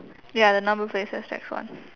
ya the number plate says tax one